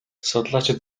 судлаачид